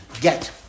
Get